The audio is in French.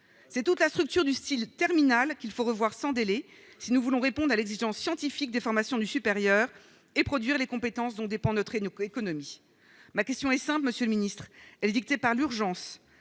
c'est toute la structure du style terminal qu'il faut revoir sans délai si nous voulons répondre à l'exigence scientifique des formations du supérieur et produire les compétences dont dépend notre et notre économie, ma question est simple, monsieur le Ministre, elle dictée par l'urgence,